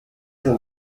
sind